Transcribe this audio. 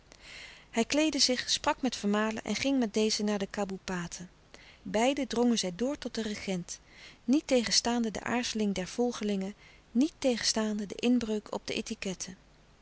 hij kleedde zich sprak met vermalen en ging met dezen naar de kaboepaten beiden drongen zij door tot den regent niettegenstaande de aarzeling der volgelingen niettegenstaande de inbreuk op de etiquette